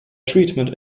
treatment